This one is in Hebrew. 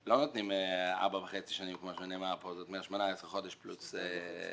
לא נותנים ארבע שנים וחצי, כלומר 18 חודשים פלוס